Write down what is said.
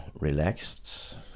relaxed